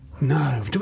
No